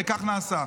וכך נעשה.